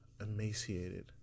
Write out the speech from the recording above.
emaciated